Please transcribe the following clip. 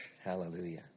Hallelujah